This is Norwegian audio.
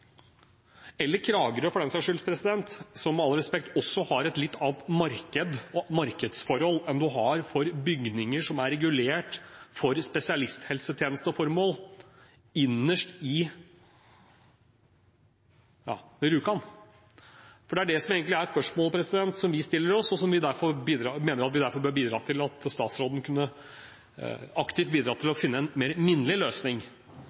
eller Kragerø, for den saks skyld, har de – med all respekt – et litt annet marked og markedsforhold enn man har for bygninger som er regulert for spesialisthelsetjenesteformål innerst i Rjukan. Det er det som egentlig er spørsmålet vi stiller oss, og vi mener derfor at statsråden bør kunne bidra aktivt til å finne en mer minnelig løsning